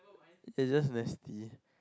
is just nasty